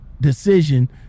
decision